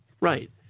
Right